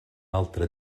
altre